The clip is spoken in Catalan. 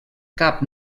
cap